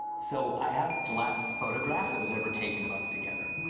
so i have the last photograph that was ever taken of us together.